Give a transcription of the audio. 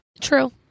True